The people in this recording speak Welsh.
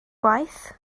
gwaith